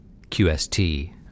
QST